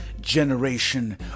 generation